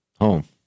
home